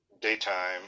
daytime